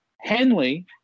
Henley